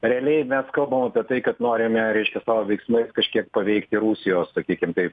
realiai mes kalbam apie tai kad norime reiškia savo veiksmais kažkiek paveikti rusijos sakykim taip